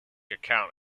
account